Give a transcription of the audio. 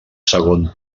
segon